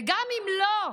וגם אם לא,